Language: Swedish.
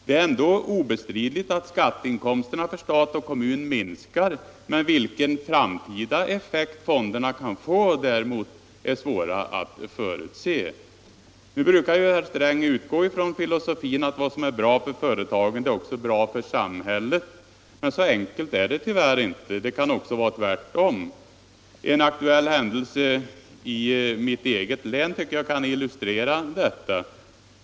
Det är ändå obestridligt att skatteinkomsterna för stat och kommun minskar, men vilken framtida effekt fonderna kan få är däremot svårare att förutse. Nu brukar herr Sträng utgå från den filosofin att vad som är bra för företagen är också bra för samhället. Men så enkelt är det tyvärr inte. Det kan också vara tvärtom. En aktuell händelse i mitt hemlän tycker jag kan illustrera detta.